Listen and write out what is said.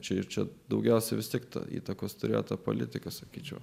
čia ir čia daugiausiai vis tiktai įtakos turėjo ta politika sakyčiau